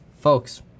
Folks